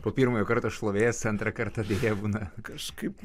po pirmojo karto šlovės antrą kartą nebūna kažkaip